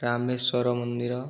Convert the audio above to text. ରାମେଶ୍ୱର ମନ୍ଦିର